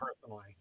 personally